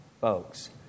folks